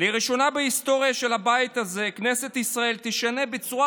לראשונה בהיסטוריה של הבית הזה כנסת ישראל תשנה בצורה